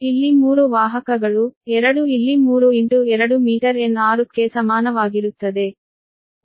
ಆದ್ದರಿಂದ ಇಲ್ಲಿ 3 ವಾಹಕಗಳು 2 ಇಲ್ಲಿ 3 ಇಂಟು 2 mn 6 ಕ್ಕೆ ಸಮಾನವಾಗಿರುತ್ತದೆ